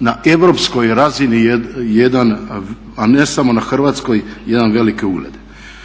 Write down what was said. na europskoj razini, a ne samo na hrvatskoj jedan veliki ugled.